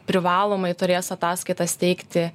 privalomai turės ataskaitas teikti